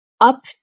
up